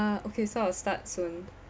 okay so I'll start soon